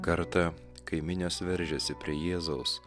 kartą kai minios veržėsi prie jėzaus